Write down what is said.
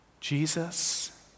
Jesus